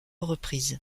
reprises